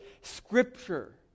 Scripture